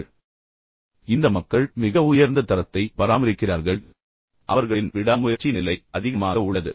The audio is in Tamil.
நான் சொன்னது போல் இந்த மக்கள் மிக உயர்ந்த தரத்தை பராமரிக்கிறார்கள் பின்னர் அவர்களின் விடாமுயற்சி நிலை மிகவும் அதிகமாக உள்ளது